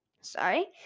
Sorry